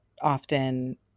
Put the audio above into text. often